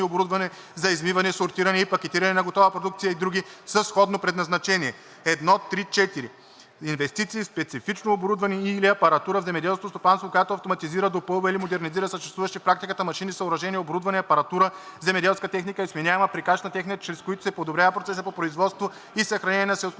оборудване за измиване, сортиране и пакетиране на готова продукция и други със сходно предназначение. 1.3.4. Инвестиции в специфично оборудване и/или апаратура в земеделското стопанство, която автоматизира, допълва или модернизира съществуващи в практиката машини, съоръжения, оборудване, апаратура, земеделска техника и сменяема прикачна техника, чрез които се подобрява процесът по производство и съхранение на